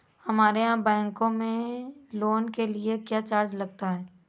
हमारे यहाँ बैंकों में लोन के लिए क्या चार्ज लगता है?